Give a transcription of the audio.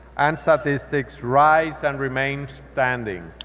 and statistics, rise and remain standing.